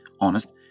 honest